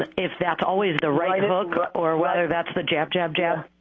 ah if that's always the right hook or whether that's the jab jab jab